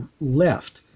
left